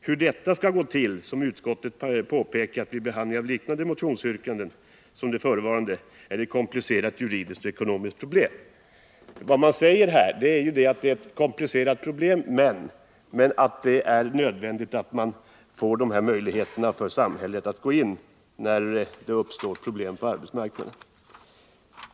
Hur detta skall gå till är — som utskottet påpekat vid behandingen av liknande motionsyrkanden som det förevarande — ett komplicerat juridiskt och ekonomiskt problem.” Man säger alltså att det är ett komplicerat problem men att det är nödvändigt för samhället att gå in när det uppstår problem på arbetsmarknaden.